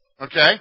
Okay